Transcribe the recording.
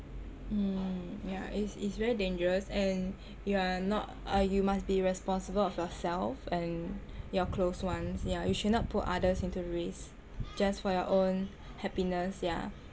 mm yah it's it's very dangerous and you are not uh you must be responsible of yourself and your closed ones yah you should not put others into risk just for your own happiness yah